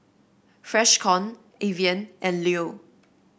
Freshkon Evian and Leo